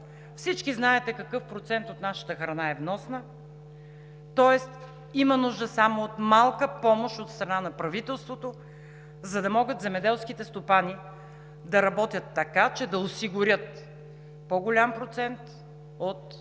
Всички знаете какъв процент от нашата храна е вносна – има нужда само от малка помощ от страна на правителството, за да могат земеделските стопани да работят така, че да осигурят по-голям процент от